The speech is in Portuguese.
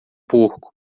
porco